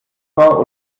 war